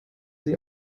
sie